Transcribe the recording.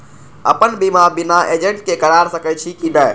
अपन बीमा बिना एजेंट के करार सकेछी कि नहिं?